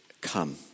come